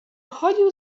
chodził